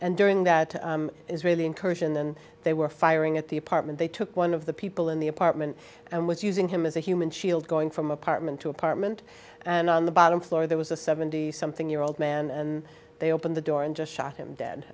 and during that israeli incursion they were firing at the apartment they took one of the people in the apartment and was using him as a human shield going from apartment to apartment and on the bottom floor there was a seventy something year old man and they opened the door and just shot him dead